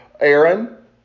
Aaron